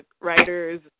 writers